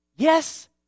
Yes